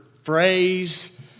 Phrase